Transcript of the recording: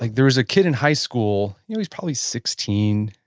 like there was a kid in high school. he was probably sixteen,